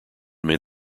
made